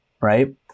right